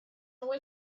away